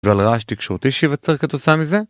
ועל רעש תקשורתי שיווצר כתוצאה מזה?